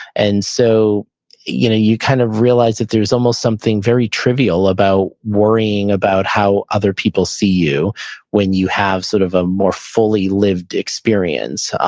and so you know you kind of realize that there's almost something very trivial about worrying about how other people see you when you have sort of a more fully lived experience.